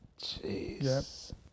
Jeez